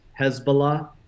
Hezbollah